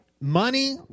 Money